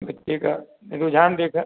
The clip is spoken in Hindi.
बच्चे का भी रुझान देखा